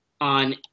on